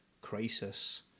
crisis